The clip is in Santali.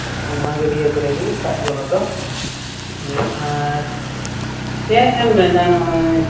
ᱚᱱᱟ ᱜᱟᱹᱰᱭᱟᱹ ᱠᱚᱨᱮ ᱜᱮ ᱥᱟᱵ ᱜᱚᱲᱚ ᱫᱚ ᱟᱨ ᱪᱮᱫ ᱮᱢ ᱢᱮᱱᱟ ᱱᱚᱜᱼᱚᱸᱭ